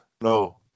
no